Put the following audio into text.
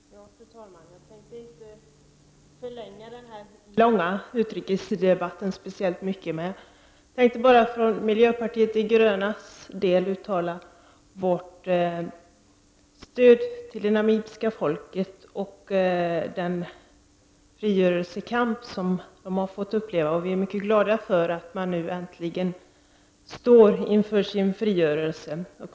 Fru talman! Jag tänkte inte förlänga denna långa utrikesdebatt speciellt mycket. Jag ville bara för miljöpartiet de grönas del uttala vårt stöd till det namibiska folket och den frigörelsekamp de har utkämpat. Vi är mycket glada för att de nu äntligen står inför sin frigörelse.